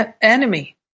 enemy